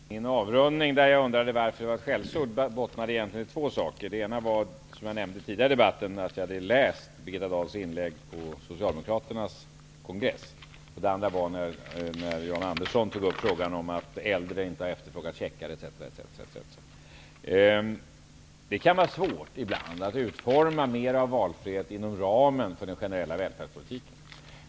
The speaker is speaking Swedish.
Herr talman! Min avrundning av mitt senaste anförande där jag undrade varför valfrihet var ett skällsord bottnade egentligen i två saker. Det ena var, som jag nämnde tidigare i debatten, att jag hade läst Birgitta Dahls inlägg på Socialdemokraternas kongress. Det andra var när Jan Andersson tog upp frågan om att äldre inte har efterfrågat checkar, etc. Det kan ibland vara svårt att utforma mer av valfrihet inom ramen för den generella välfärdspolitiken.